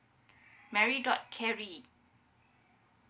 mary dot carey